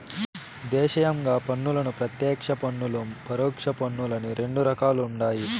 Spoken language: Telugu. దేశీయంగా పన్నులను ప్రత్యేక పన్నులు, పరోక్ష పన్నులని రెండు రకాలుండాయి